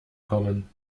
kommen